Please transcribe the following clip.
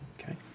Okay